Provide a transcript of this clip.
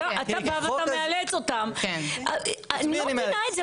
אתה מאלץ אותם אני לא מבינה את זה,